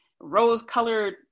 rose-colored